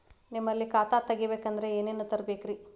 ನಿಮ್ಮಲ್ಲಿ ಖಾತಾ ತೆಗಿಬೇಕಂದ್ರ ಏನೇನ ತರಬೇಕ್ರಿ?